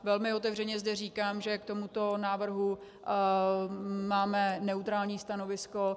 Velmi otevřeně zde říkám, že k tomuto návrhu máme neutrální stanovisko.